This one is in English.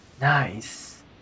Nice